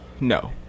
No